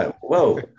whoa